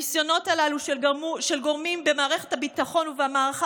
הניסיונות הללו של גורמים במערכת הביטחון ובמערכה